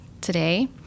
today